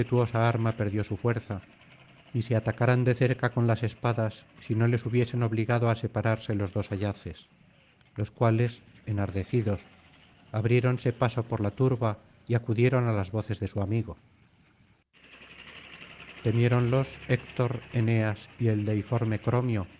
arma perdió su fuerza y se atacaran de cerca con las espadas si no les hubiesen obligado á separarse los dos ayaces los cuales enardecidos abriéronse paso por la turba y acudieron á las voces de su amigo temiéronlos héctor eneas y el deiforme cromio